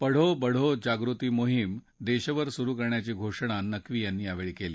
पढो बढो जागृती मोहीम देशभर सुरु करण्याची घोषणा नक्वी यांनी यावेळी केली